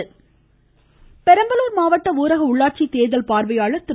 கேர்தல் இருவரி பெரம்பலூர் மாவட்ட ஊரக உள்ளாட்சி தேர்தல் பார்வையாளர் திரு